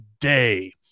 day